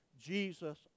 Jesus